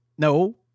No